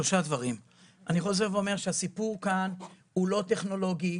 שלושה דברים: אני חוזר ואומר שהסיפור כאן הוא לא טכנולוגי.